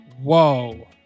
Whoa